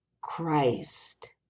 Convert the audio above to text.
Christ